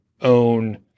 own